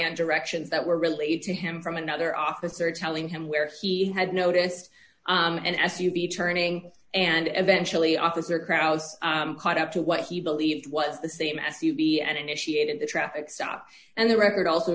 on directions that were released to him from another officer telling him where he had noticed an s u v turning and eventually officer crouse caught up to what he believed it's the same s u v and initiated the traffic stop and the record also